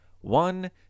One